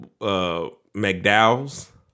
McDowell's